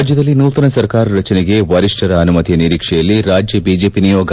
ರಾಜ್ಯದಲ್ಲಿ ನೂತನ ಸರ್ಕಾರ ರಚನೆಗೆ ವರಿಷ್ಠರ ಅನುಮತಿಯ ನಿರೀಕ್ಷೆಯಲ್ಲಿ ರಾಜ್ಯ ಬಿಜೆಪಿ ನಿಯೋಗ